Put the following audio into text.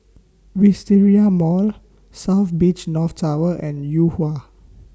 Wisteria Mall South Beach North Tower and Yuhua